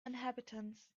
inhabitants